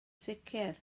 sicr